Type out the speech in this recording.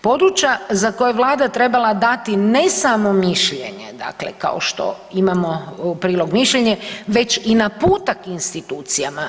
Područja za koja je Vlada trebala dati ne samo mišljenje dakle kao što imamo u prilogu mišljenje, već i naputak institucijama.